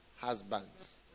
husbands